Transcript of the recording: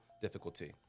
difficulty